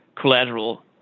collateral